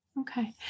Okay